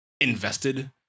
invested